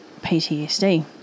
PTSD